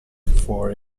for